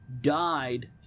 died